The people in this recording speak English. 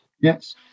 yes